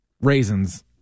Raisins